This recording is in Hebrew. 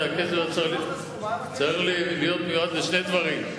הכסף צריך להיות מיועד לשני דברים: